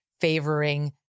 favoring